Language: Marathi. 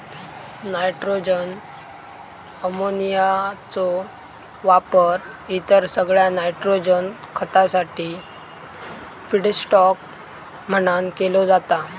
नायट्रोजन अमोनियाचो वापर इतर सगळ्या नायट्रोजन खतासाठी फीडस्टॉक म्हणान केलो जाता